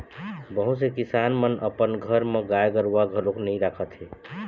बहुत से किसान मन अपन घर म गाय गरूवा घलोक नइ राखत हे